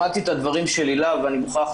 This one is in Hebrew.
שמעתי את הדברים של הילה ואני מוכרח,